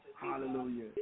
Hallelujah